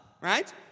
right